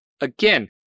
Again